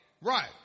Right